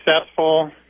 successful